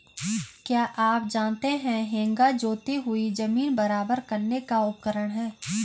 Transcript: क्या आप जानते है हेंगा जोती हुई ज़मीन बराबर करने का उपकरण है?